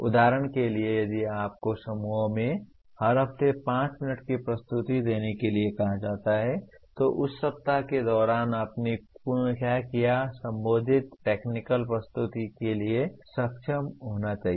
उदाहरण के लिए यदि आपको समूह में हर हफ्ते 5 मिनट की प्रस्तुति देने के लिए कहा जाता है तो उस सप्ताह के दौरान आपने क्या किया है आपको संबंधित टेक्निकल प्रस्तुति करने में सक्षम होना चाहिए